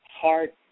heart